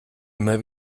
immer